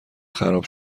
خراب